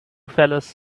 fellas